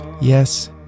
Yes